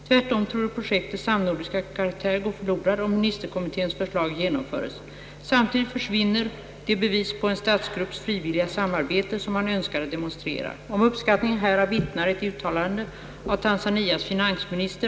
Tvärtom torde projektets samnordiska karaktär gå förlorad om ministerkommitténs förslag genomföres. Samtidigt försvinner det bevis på en statsgrupps frivilliga samarbete, som man önskade demonstrera. Om uppskattningen härav vittnar ett uttalande av Tanzanias finansminister A.